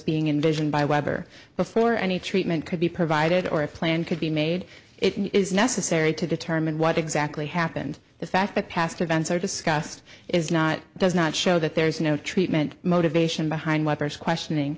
being invision by weber before any treatment could be provided or a plan could be made it is necessary to determine what exactly happened the fact that past events are discussed is not does not show that there is no treatment motivation behind weber's questioning